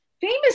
famous